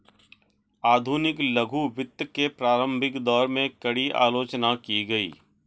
आधुनिक लघु वित्त के प्रारंभिक दौर में, कड़ी आलोचना की गई